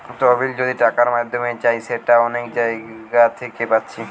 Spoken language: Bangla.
তহবিল যদি টাকার মাধ্যমে চাই সেটা অনেক জাগা থিকে পাচ্ছি